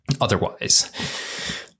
otherwise